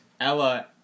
Ella